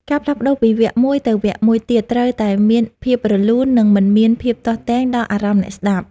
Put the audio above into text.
ការផ្លាស់ប្តូរពីវគ្គមួយទៅវគ្គមួយទៀតត្រូវតែមានភាពរលូន និង មិនមានភាពទាស់ទែងដល់អារម្មណ៍អ្នកស្ដាប់។